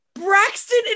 braxton